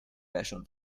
passion